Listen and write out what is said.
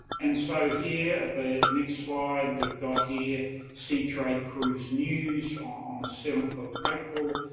and so, here, at the next slide, we've got here seatrade cruise news, on the seventh of april.